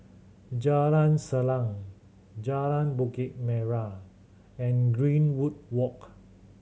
Jalan Salang Jalan Bukit Merah and Greenwood Walk